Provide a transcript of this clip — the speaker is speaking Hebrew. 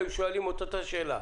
היו שואלים את אותה שאלה,